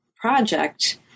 project